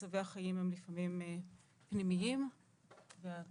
מצבי החיים הם לפעמים פנימיים והתגובה